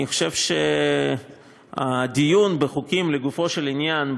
אני חושב שהדיון בחוקים לגופו של עניין,